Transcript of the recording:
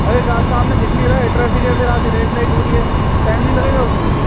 अरे सा सामने दिख नहीं रहा है ट्रैफिक है फिर आगे रेड लाइट हो रही है टाइम नहीं लगेगा उसमें फिर